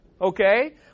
Okay